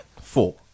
four